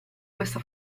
questa